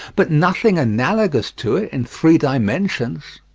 but nothing analogous to it in three dimensions.